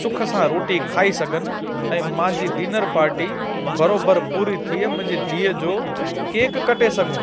सुख सां रोटी खाई सघनि ऐं मुंहिंजी डिनर पार्टी बराबरि पूरी थिए मुंहिंजी धीअ जो केक कटे सघूं